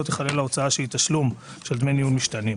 לא תיכלל ההוצאה שהיא תשלום של דמי ניהול משתנים.